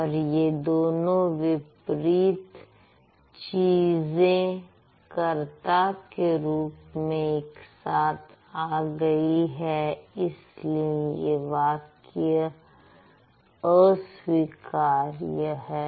और यह दोनों विपरीत चीजें कर्ता के रूप में एक साथ आ गई है इसलिए यह वाक्य अस्वीकार्य है